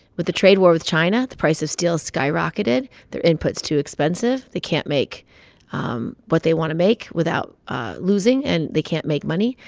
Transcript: with a trade war with china, the price of steel skyrocketed. their input's too expensive. they can't make um what they want to make without losing, and they can't make money.